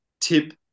tip